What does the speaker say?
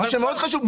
מה שמאוד חשוב,